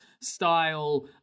style